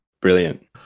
Brilliant